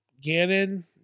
Gannon